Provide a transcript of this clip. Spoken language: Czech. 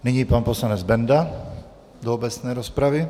Nyní pan poslanec Benda do obecné rozpravy.